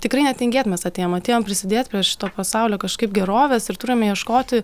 tikrai netingėt mes atėjome atėjome prisidėti prie šito pasaulio kažkaip gerovės ir turime ieškoti